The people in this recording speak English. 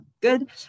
good